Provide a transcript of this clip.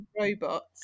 robots